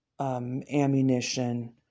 ammunition